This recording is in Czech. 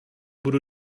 budu